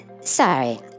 sorry